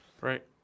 Right